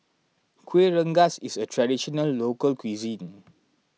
Kueh Rengas is a Traditional Local Cuisine